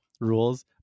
rules